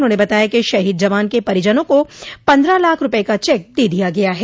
उन्होंने बताया कि शहीद जवान के परिजनों को पन्द्रह लाख रूपये का चेक दे दिया गया है